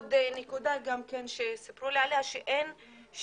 עוד נקודה שסיפרו לי עליה היא שאין בג'דיידה